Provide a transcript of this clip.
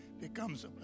becomes